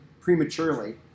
prematurely